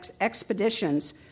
expeditions